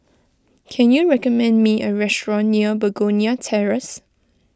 can you recommend me a restaurant near Begonia Terrace